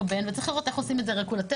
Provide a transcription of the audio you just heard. וצריך לראות איך עושים את זה רגולטורית,